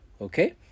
okay